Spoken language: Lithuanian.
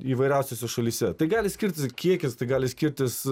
įvairiausiose šalyse tai gali skirtis kiekis tai gali skirtis